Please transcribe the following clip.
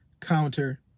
counter